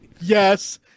Yes